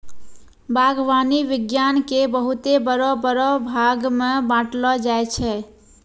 बागवानी विज्ञान के बहुते बड़ो बड़ो भागमे बांटलो जाय छै